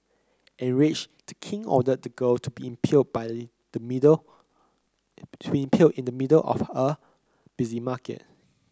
enraged the king ordered the girl to be impaled in the middle impaled in the middle of a busy market